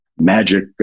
magic